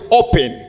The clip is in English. open